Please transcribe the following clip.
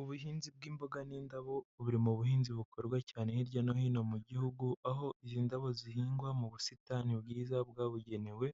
Ubuhinzi bw'imboga n'indabo buri mu buhinzi bukorwa cyane hirya no hino mu gihugu, aho izi ndabo zihingwa mu busitani bwiza bwabugenewe,